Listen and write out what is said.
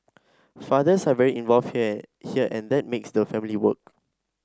fathers are very involved here here and that makes the family work